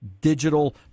digital